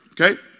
Okay